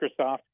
Microsoft